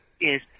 yes